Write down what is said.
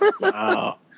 Wow